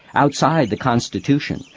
outside the constitution,